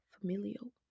familial